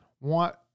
want